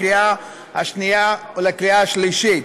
לקריאה שנייה ולקריאה שלישית.